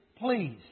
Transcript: please